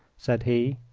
said he.